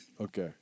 Okay